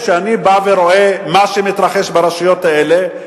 כשאני בא ורואה מה שמתרחש ברשויות האלה,